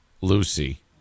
Lucy